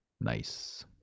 Nice